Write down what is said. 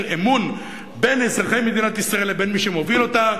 אמון בין אזרחי מדינת ישראל לבין מי שמוביל אותה,